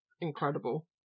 incredible